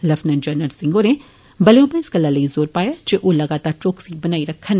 lieutenant general Singh होरें बलें उप्पर इस गल्ला लेई जोर पाया जे ओ लगातार चौकसी बनाई रक्खन